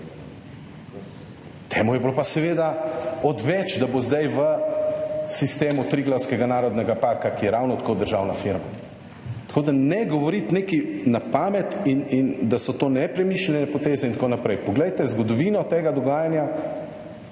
temu je bilo pa seveda odveč, da bo zdaj v sistemu Triglavskega narodnega parka, ki je ravno tako državna firma. Tako da, ne govoriti nekaj na pamet, in da so to nepremišljene poteze in tako naprej. Poglejte zgodovino tega dogajanja,